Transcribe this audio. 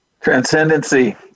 Transcendency